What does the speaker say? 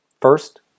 First